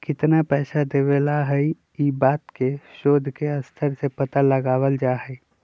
कितना पैसा देवे ला हई ई बात के शोद के स्तर से पता लगावल जा हई